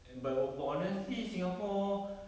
eh bu~ but but honestly singapore